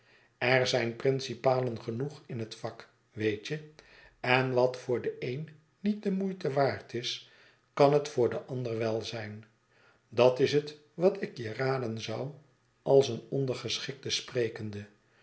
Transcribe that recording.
er zijn principalen genoeg in het vak weet je en wat voor den een niet de moeite waard is kan het voor den ander wel zijn dat is het wat ik je raden zou als een ondergeschikte sprekende